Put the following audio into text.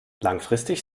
langfristig